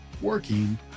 working